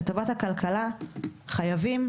לטובת הכלכלה אנחנו חייבים